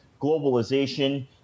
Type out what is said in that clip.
globalization